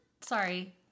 sorry